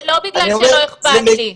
לא בגלל שלא אכפת לי,